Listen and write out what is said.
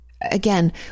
again